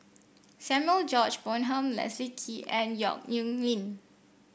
Samuel George Bonham Leslie Kee and Yong Nyuk Lin